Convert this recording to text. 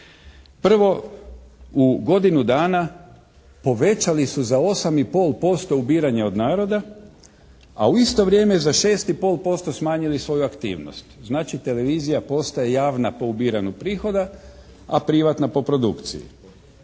Prvo, u godinu dana povećali su za 8 i pol posto ubiranje od naroda, a u isto vrijeme za 6 i pol posto smanjili svoju aktivnost. Znači televizija postaje javna po ubiranju prihoda, a privatna po produkciji.